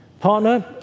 partner